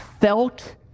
felt